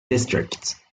districts